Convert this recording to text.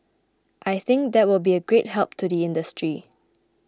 I think that will be a great help to the industry